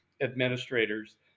Administrators